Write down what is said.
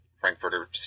Frankfurter